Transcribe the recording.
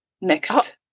next